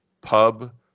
pub